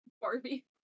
Barbie